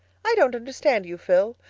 i don't understand you, phil.